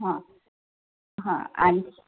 हां हां आणि